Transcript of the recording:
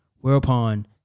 whereupon